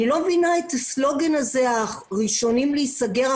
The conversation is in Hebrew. אני לא מבינה את הסלוגן הזה הראשונים להיסגר,